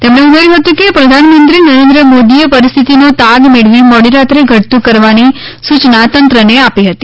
તેમણે ઉમેર્થું હતું કે પ્રધાનમંત્રી નરેન્દ્ર મોદીએ પરિસ્થિતીનો તાગ મેળવી મોડી રાત્રે ઘટતું કરવાની સૂચના તંત્રને આપી હતી